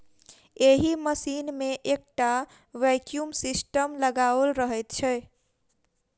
एहि मशीन मे एकटा वैक्यूम सिस्टम लगाओल रहैत छै